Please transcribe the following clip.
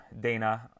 Dana